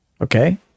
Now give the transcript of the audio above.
okay